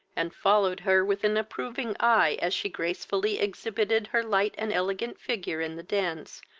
and followed her with an approving eye, as she gracefully exhibited her light and elegant figure in the dance,